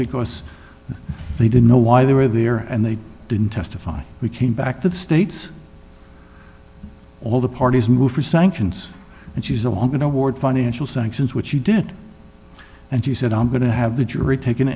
because they didn't know why they were there and they didn't testify we came back to the states all the parties move for sanctions and she's along going toward financial sanctions which she did and she said i'm going to have the jury take an